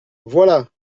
voilà